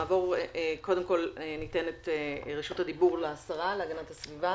קודם כל ניתן את רשות הדיבור לשרה להגנת הסביבה,